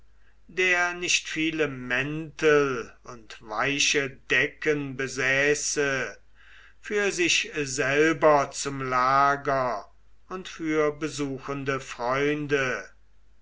der nicht viele mäntel und weiche decken besäße für sich selber zum lager und für besuchende freunde